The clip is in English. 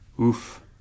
Oof